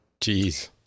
Jeez